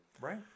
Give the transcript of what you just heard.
Right